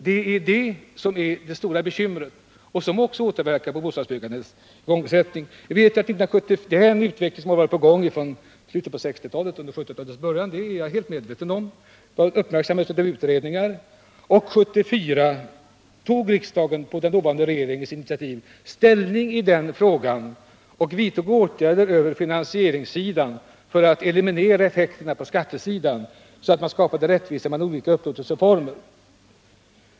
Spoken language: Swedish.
Det är det stora bekymret, som också återverkar på bostadsbyggandets igångsättning. Jag är helt medveten om att denna utveckling har varit på gång från slutet av 1960-talet. Det har uppmärksammats av utredningar. 1974 tog riksdagen på den dåvarande regeringens initiativ ställning i den frågan och vidtog åtgärder över finansieringssidan för att eliminera effekten på skattesidan och skapa rättvisa mellan olika upplåtelseformer.